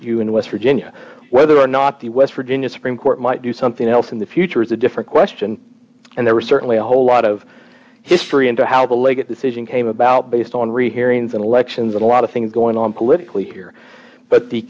you in west virginia whether or not the west virginia supreme court might do something else in the future is a different question and there was certainly a whole lot of history into how the leg a decision came about based on rehearing and elections and a lot of things going on politically here but the